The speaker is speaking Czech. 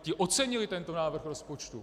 Ti ocenili tento návrh rozpočtu.